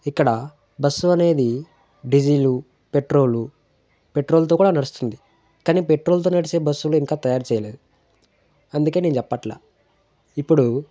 ఇక్కడ బస్సు అనేది diesel petrol పెట్రోల్తో కూడా నడుస్తుంది కానీ పెట్రోల్తో నడిచే బస్సులు ఇంకా తయారు చేయలేదు అందుకే నేను చెప్పట్లా ఇప్పుడు